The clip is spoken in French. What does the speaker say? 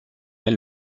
elle